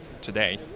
today